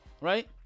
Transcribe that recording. right